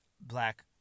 black